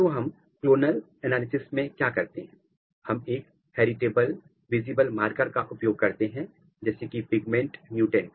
तो हम clonal analysis में क्या करते हैं हम एक हैरिटेबल विजिबल मारकर का उपयोग करते हैं जैसे कि पिगमेंट म्युटेंट्स